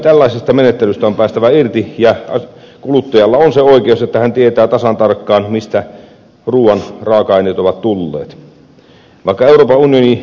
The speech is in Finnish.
tällaisesta menettelystä on päästävä irti ja kuluttajalla on se oikeus että hän tietää tasan tarkkaan mistä ruuan raaka aineet ovat tulleet